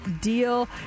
deal